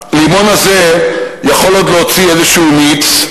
שהלימון הזה יכול להוציא עוד איזה מיץ.